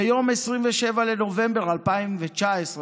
ביום 27 בנובמבר 2019,